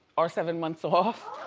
our seven months off?